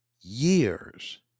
years